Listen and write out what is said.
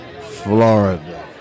Florida